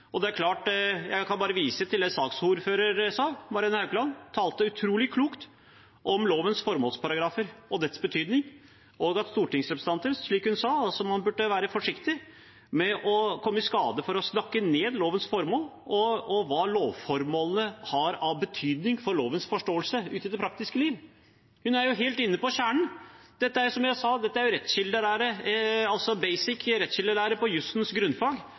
og jeg kan bare vise til det saksordfører Marianne Haukland sa. Hun talte utrolig klokt om lovens formålsparagrafer og deres betydning, og at stortingsrepresentanter, slik hun sa, burde være forsiktig med å komme i skade for å snakke ned lovens formål og hva lovformålene har av betydning for lovens forståelse i det praktiske liv. Hun er jo helt inne på kjernen. Som jeg sa: Det er grunnleggende rettskildelære på jussens grunnfag på